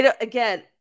Again